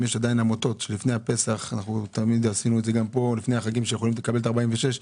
אם יש עדיין עמותות שלפני הפסח יוכלו לקבל פטור לפי סעיף 46,